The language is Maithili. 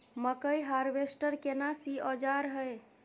मकई हारवेस्टर केना सी औजार हय?